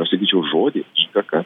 aš sakyčiau žodį įtaką